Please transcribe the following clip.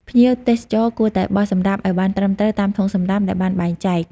ភ្ញៀវទេសចរគួរតែបោះសំរាមឱ្យបានត្រឹមត្រូវតាមធុងសំរាមដែលបានបែងចែក។